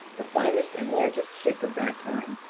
the finest and largest ship of that time.